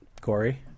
Corey